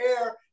air